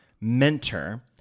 mentor